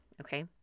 Okay